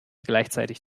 gleichzeitig